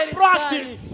practice